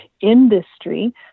industry